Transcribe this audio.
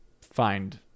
find